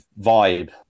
vibe